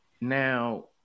now